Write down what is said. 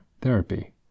therapy